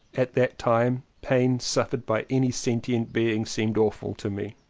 at that time pain suffered by any sentient being seemed awful to me.